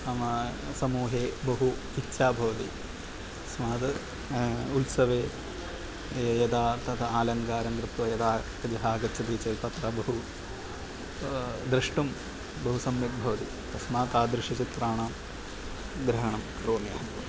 नाम समूहे बहु इच्छा भवति तस्मात् उत्सवे यदा तदा आलङ्कारं कृत्वा यदा गजः आगच्छति चेत् तत्र बहु द्रष्टुं बहु सम्यक् भवति तस्मात् तादृशचित्राणां ग्रहणं करोमि अहं